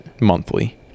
monthly